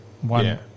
one